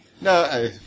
No